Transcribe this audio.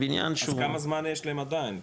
אז כמה זמן יש להם עדיין?